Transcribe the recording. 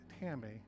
Tammy